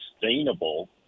sustainable